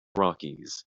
rockies